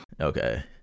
okay